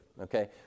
Okay